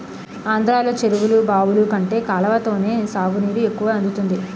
ఆంధ్రలో చెరువులు, బావులు కంటే కాలవతోనే సాగునీరు ఎక్కువ అందుతుంది